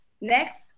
Next